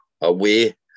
away